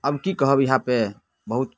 आब कि कहब इएहपर बहुत